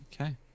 Okay